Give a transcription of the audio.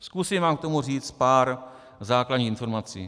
Zkusím vám k tomu říct pár základních informací.